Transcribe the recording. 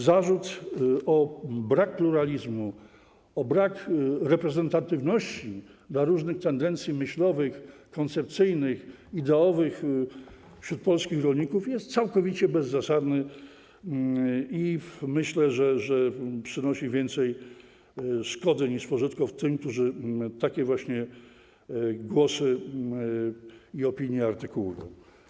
Zarzut braku pluralizmu, braku reprezentatywności różnych tendencji myślowych, koncepcyjnych, ideowych wśród polskich rolników jest całkowicie bezzasadny i sądzę, że przynosi więcej szkody niż pożytku tym, którzy takie właśnie głosy i opinie artykułują.